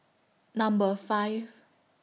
Number five